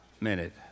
Minute